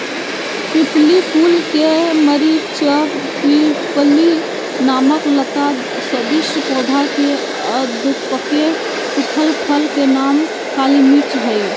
पिप्पली कुल के मरिचपिप्पली नामक लता सदृश पौधा के अधपके सुखल फल के नाम काली मिर्च हई